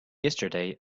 yesterday